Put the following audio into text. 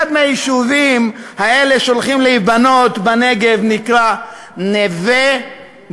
אחד מהיישובים האלה שהולכים להיבנות בנגב נקרא נווה-גוריון.